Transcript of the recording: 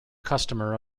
customer